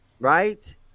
right